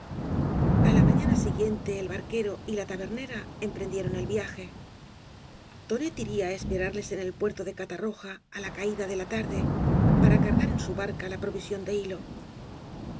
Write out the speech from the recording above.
a la mañana siguiente el barquero y la tabernera emprendieron el viaje tonet iría á esperarles en el puerto de catarroja á la caída de la tarde para cargar en su barca la provisión de hilo